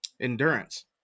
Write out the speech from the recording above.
Endurance